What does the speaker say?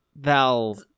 Val